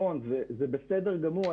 זה בסדר גמור,